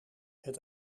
het